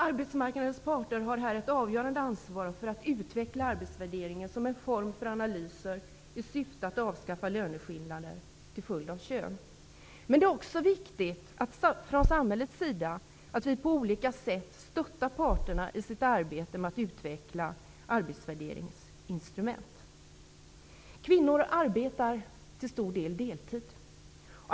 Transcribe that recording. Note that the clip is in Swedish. Arbetsmarknadens parter har här ett avgörande ansvar för att utveckla arbetsvärderingen som en form för analyser i syfte att avskaffa löneskillnader till följd av kön. Men det är också viktigt att man från samhällets sida på olika sätt stöttar parterna i deras arbete med att utveckla arbetsvärderingsinstrument. Kvinnor arbetar till stor del deltid.